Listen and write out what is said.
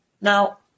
now